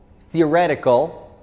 theoretical